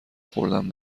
خوردن